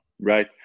right